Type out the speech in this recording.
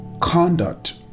conduct